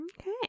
Okay